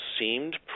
seemed